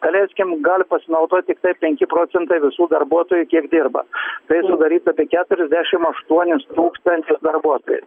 daleiskim gali pasinaudot tiktai penki procentai visų darbuotojų kiek dirba tai sudarytų apie keturiasdešim aštuonis tūkstančius darbuotojų